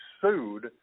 sued